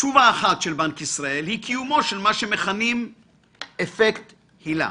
תשובה אחת של בנק ישראל היא קיומו של מה שמכנים "אפקט הילה",